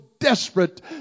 Desperate